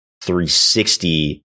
360